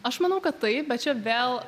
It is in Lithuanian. aš manau kad taip bet čia vėl